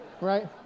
right